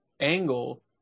angle